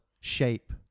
shape